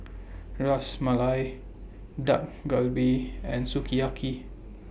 Ras Malai Dak Galbi and Sukiyaki